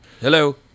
Hello